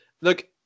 look